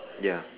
ya